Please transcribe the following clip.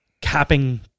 capping